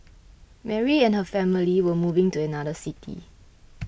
Mary and her family were moving to another city